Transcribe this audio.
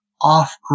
off